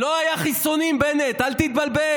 לא היו חיסונים, בנט, אל תתבלבל.